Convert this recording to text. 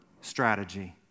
strategy